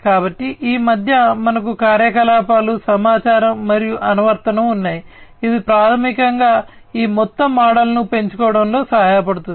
కాబట్టి ఈ మధ్య మనకు కార్యకలాపాలు సమాచారం మరియు అనువర్తనం ఉన్నాయి ఇది ప్రాథమికంగా ఈ మొత్తం మోడల్ను పెంచుకోవడంలో సహాయపడుతుంది